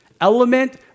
element